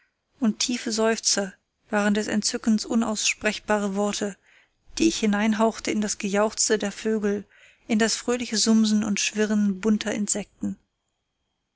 und tiefe seufzer waren des entzückens unaussprechbare worte die ich hineinhauchte in das gejauchze der vögel in das fröhliche sumsen und schwirren bunter insekten